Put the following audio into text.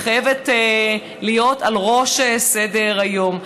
היא חייבת להיות בראש סדר-היום.